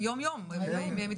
אז